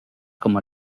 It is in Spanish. como